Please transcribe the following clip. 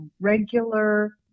regular